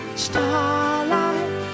starlight